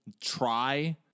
try